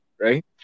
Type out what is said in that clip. right